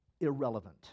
irrelevant